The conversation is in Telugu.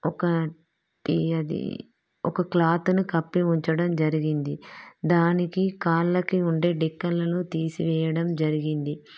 ఒకటి అది ఒక క్లాత్ని కప్పి ఉంచడం జరిగింది దానికి కాళ్ళకి ఉండే డెక్కెలను తీసి వేయడం జరిగింది